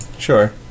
Sure